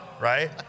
Right